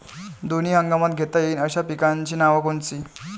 दोनी हंगामात घेता येईन अशा पिकाइची नावं कोनची?